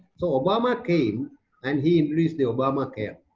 so obama came and he introduced the obamacare